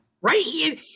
Right